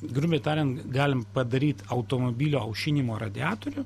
grubiai tariant galim padaryt automobilio aušinimo radiatorių